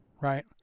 right